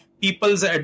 people's